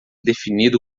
definido